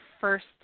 first